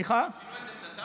הם שינו את עמדתם?